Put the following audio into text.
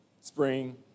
spring